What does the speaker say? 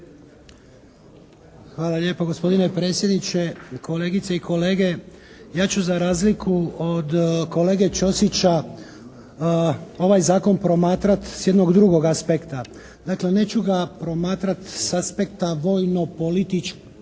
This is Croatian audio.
Hvala lijepo gospodine predsjedniče. Kolegice i kolege, ja ću za razliku od kolega Čosića ovaj zakon promatrati s jednog drugog aspekta. Dakle neću ga promatrati s aspekta vojno-političkog